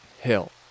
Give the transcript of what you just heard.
Hill